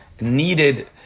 needed